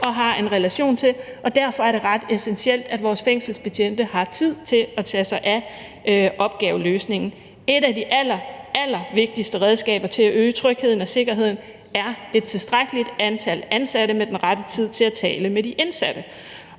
og har en relation til, og derfor er det ret essentielt, at vores fængselsbetjente har tid til at tage sig af opgaveløsningen. Et af de allerallervigtigste redskaber til at øge trygheden og sikkerheden er et tilstrækkeligt antal ansatte med den rette tid til at tale med de indsatte.